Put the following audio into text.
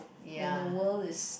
and the world is